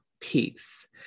peace